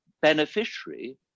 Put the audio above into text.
beneficiary